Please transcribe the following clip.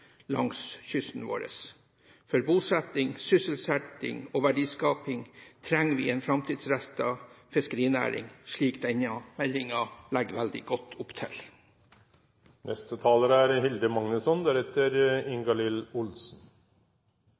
langs kysten vår. For å ha bosetting, sysselsetting og verdiskaping trenger vi en framtidsrettet fiskerinæring, slik denne meldingen legger veldig godt opp til. Dette er